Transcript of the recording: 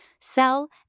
sell